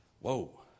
Whoa